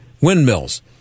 windmills